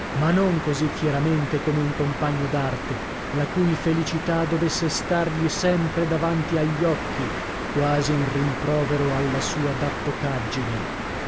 ma non così fieramente come un compagno d'arte la cui felicità dovesse stargli sempre davanti agli occhi quasi un rimprovero alla sua dappocaggine ecco